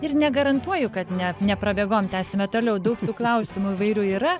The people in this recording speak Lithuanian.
ir negarantuoju kad ne neprabėgom tęsime toliau daug klausimų įvairių yra